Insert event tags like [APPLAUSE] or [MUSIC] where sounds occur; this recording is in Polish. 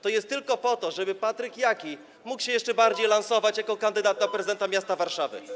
To jest tylko po to, żeby Patryk Jaki mógł się jeszcze bardziej lansować jako kandydat na [NOISE] prezydenta miasta Warszawy.